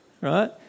Right